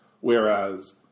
Whereas